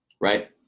right